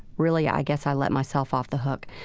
really, i guess, i let myself off the hook,